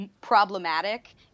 problematic